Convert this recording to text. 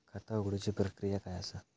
खाता उघडुची प्रक्रिया काय असा?